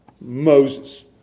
Moses